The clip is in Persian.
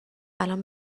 الان